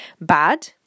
bad